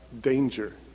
danger